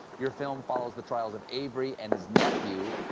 your film follows the trials of avery and his nephew,